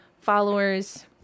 followers